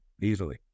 easily